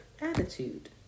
attitude